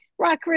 Rockridge